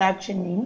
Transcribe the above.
מצד שני,